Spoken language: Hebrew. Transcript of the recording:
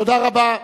תודה רבה.